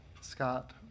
Scott